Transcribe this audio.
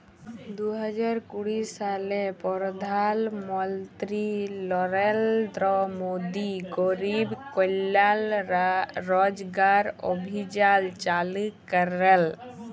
দু হাজার কুড়ি সালে পরধাল মলত্রি লরেলদ্র মোদি গরিব কল্যাল রজগার অভিযাল চালু ক্যরেল